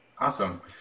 Awesome